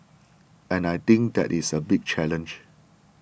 and I think that is a big challenge